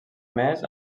més